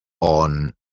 on